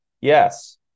Yes